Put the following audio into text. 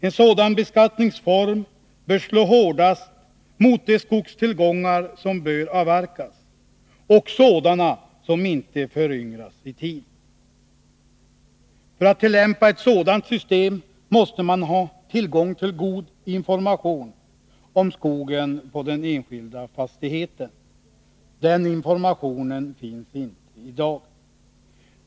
En sådan beskattningsform bör slå hårdast mot de skogstillgångar som bör avverkas och sådana som inte föryngras i tid. För att tillämpa ett sådant system måste man ha tillgång till god information om skogen på den enskilda fastigheten. Den informationen finns inte i dag.